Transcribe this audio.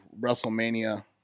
WrestleMania